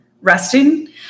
resting